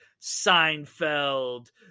Seinfeld